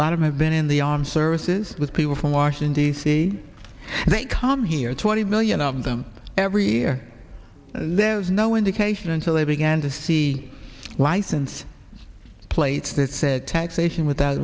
a lot of i've been in the armed services with people from washington d c they come here twenty million of them every year there is no indication until they began to see license plates that said taxation without